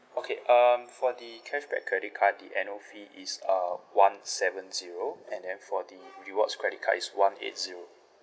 okay um for the cashback credit card the annual fee is uh one seven zero and then for the rewards credit card is one eight zero